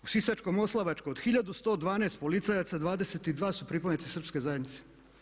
U Sisačko-moslavačkoj od 1112 policajaca 22 su pripadnici srpske zajednice.